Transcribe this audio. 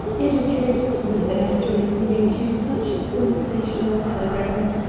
it occurred to me that after receiving two such sensational telegrams,